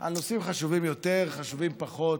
על נושאים חשובים יותר, חשובים פחות.